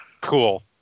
Cool